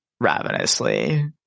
ravenously